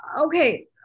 Okay